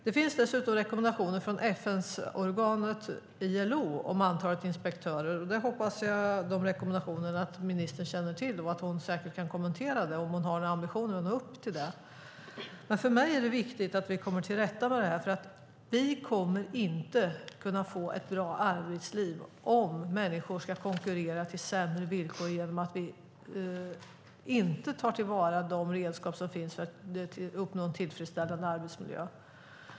Det finns dessutom rekommendationer från FN-organet ILO om antalet inspektörer. Jag hoppas att ministern känner till dessa rekommendationer och att hon kan kommentera dem om hon har några ambitioner att nå upp till dem. För mig är det viktigt att vi kommer till rätta med detta eftersom vi inte kommer att kunna få ett bra arbetsliv om människor ska konkurrera på sämre villkor genom att vi inte tar till vara de redskap som finns för att uppnå en tillfredsställande arbetsmiljö.